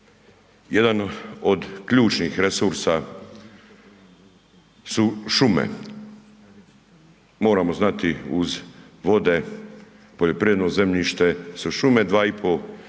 jedan od ključnih resursa su šume. moramo znati uz vode, poljoprivredno zemljište su šume, 2,5 milijuna